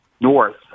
north